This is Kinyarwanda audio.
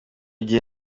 gihe